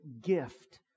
gift